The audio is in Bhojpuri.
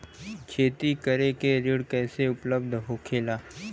खेती करे के ऋण कैसे उपलब्ध होखेला?